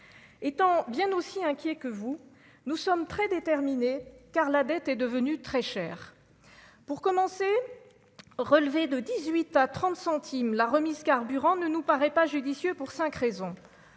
étant bien aussi inquiet que vous, nous sommes très déterminés car la dette est devenue très chère pour commencer : relever de 18 à 30 centimes la remise carburant ne nous paraît pas judicieux pour 5 raisons